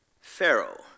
Pharaoh